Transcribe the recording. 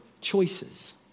choices